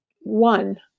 one